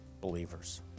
believers